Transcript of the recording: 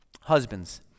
husbands